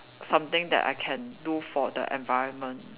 something that I can do for the environment